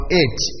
eight